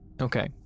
Okay